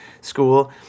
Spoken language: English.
school